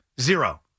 Zero